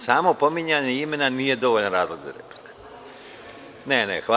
Samo pominjanje imena nije dovoljan razlog za repliku.